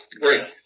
Great